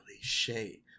shay